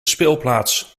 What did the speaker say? speelplaats